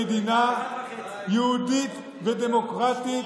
יהודית ודמוקרטית,